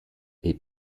est